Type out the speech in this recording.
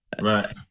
Right